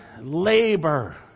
labor